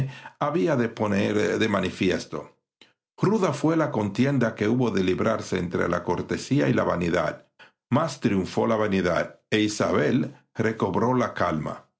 había de poner de manifiesto ruda fué la contienda que hubo de librarse entre la cortesía y la vanidad mas triunfó la vanidad e isabel recobró la calma